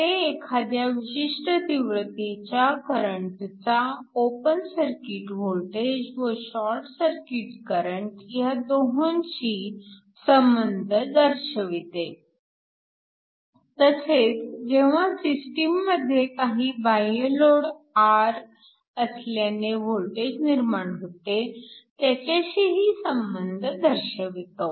ते एखाद्या विशिष्ट तीव्रतेच्या करंटचा ओपन सर्किट वोल्टेज व शॉर्ट सर्किट करंट ह्या दोहोंशी संबंध दर्शवते तसेच जेव्हा सिस्टीममध्ये काही बाह्य लोड R असल्याने वोल्टेज निर्माण होते त्याच्याशीही संबंध दर्शवतो